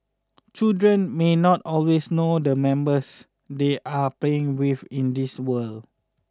children may not always know the members they are playing with in these worlds